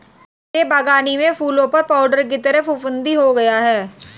मेरे बगानी में फूलों पर पाउडर की तरह फुफुदी हो गया हैं